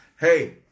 hey